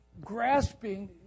grasping